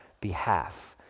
behalf